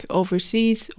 overseas